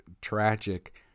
tragic